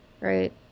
right